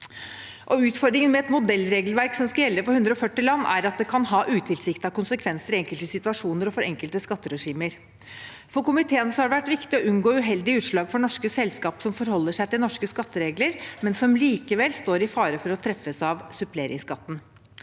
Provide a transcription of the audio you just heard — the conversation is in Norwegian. Utfordringen med et modellregelverk som skal gjelde for 140 land, er at det kan ha utilsiktede konsekvenser i enkelte situasjoner og for enkelte skatteregimer. For komiteen har det vært viktig å unngå uheldige utslag for norske selskap som forholder seg til norske skatteregler, men som likevel står i fare for å treffes av suppleringsskatten.